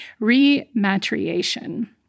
rematriation